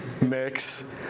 mix